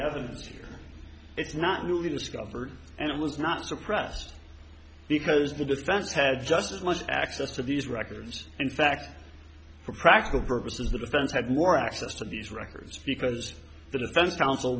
year it's not newly discovered and it was not suppressed because the defense had just as much access to these records in fact for practical purposes the defense had more access to these records because the defense counsel